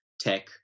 tech